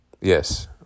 yes